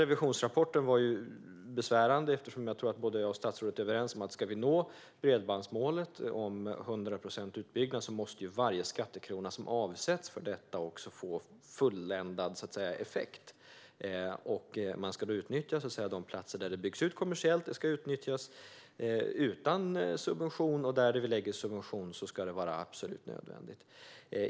Revisionsrapporten var ju besvärande, eftersom jag tror att jag och statsrådet är överens om att varje skattekrona som avsätts för detta också måste få fulländad effekt om vi ska nå bredbandsmålet om 100 procents utbyggnad. Man ska utnyttja de platser där det byggs ut kommersiellt - det ska utnyttjas utan subvention - och där vi lägger subvention ska det vara absolut nödvändigt.